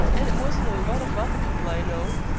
and it wasn't a lot of other people i know.